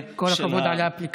יפה, כל הכבוד על האפליקציה.